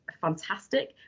fantastic